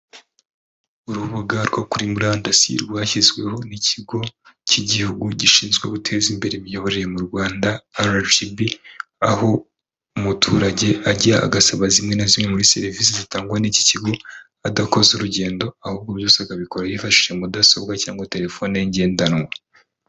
Urubuga rwo kuri murandasi rwashyizweho n'ikigo cy'igihugu gishinzwe guteza imbere imiyoborere mu Rwanda RGB, aho umuturage ajya agasaba zimwe na zimwe muri serivisi zitangwa n'iki kigo adakoze urugendo, ahubwo byose akabikora yifashishije mudasobwa cyangwa terefone ye ngendanwa.